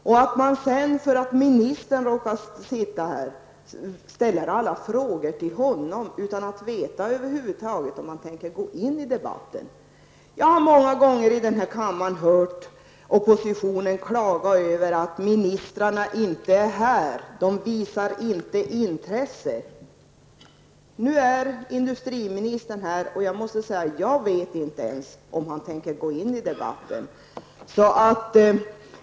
Man ställer alla frågor till industriministern, eftersom han råkar vara här, utan att veta om han över huvud taget tänker gå in i debatten. Jag har många gånger i denna kammare hört oppositionen klaga över att ministrarna inte är här, och att de inte visar intresse. Nu är industriministern här, och jag vet inte ens om han tänker gå in i debatten.